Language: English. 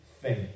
faith